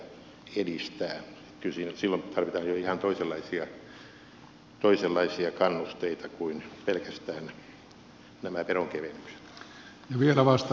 kyllä siinä nyt silloin tarvitaan jo ihan toisenlaisia kannusteita kuin pelkästään nämä veronkevennykset